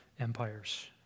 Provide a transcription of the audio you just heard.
empires